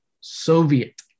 Soviet